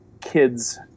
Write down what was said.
kids